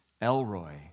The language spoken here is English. Elroy